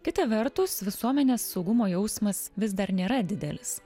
kita vertus visuomenės saugumo jausmas vis dar nėra didelis